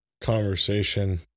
conversation